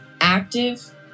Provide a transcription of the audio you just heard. active